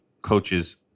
coaches